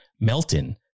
Melton